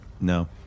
No